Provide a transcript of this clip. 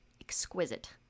exquisite